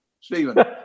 Stephen